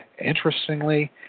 interestingly